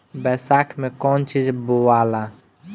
बैसाख मे कौन चीज बोवाला?